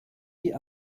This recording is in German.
die